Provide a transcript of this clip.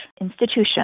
institution